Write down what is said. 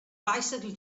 bicycle